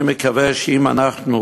אני מקווה שאם אנחנו